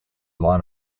line